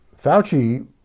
Fauci